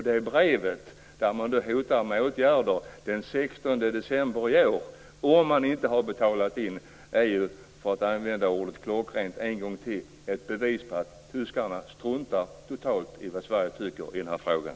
Det här brevet, där det hotas med åtgärder om man inte har betalat in den 16 december i år, är ett klockrent - för att använda detta ord en gång till - bevis på att tyskarna totalt struntar i vad Sverige tycker i den här frågan.